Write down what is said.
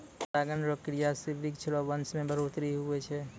परागण रो क्रिया से वृक्ष रो वंश मे बढ़ौतरी हुवै छै